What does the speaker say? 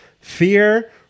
fear